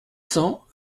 cents